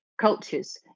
cultures